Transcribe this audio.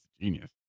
genius